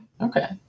Okay